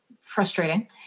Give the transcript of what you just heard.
frustrating